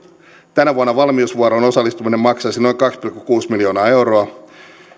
tänä vuonna valmiusvuoroon osallistuminen maksaisi noin kaksi pilkku kuusi miljoonaa euroa